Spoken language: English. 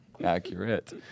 accurate